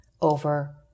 over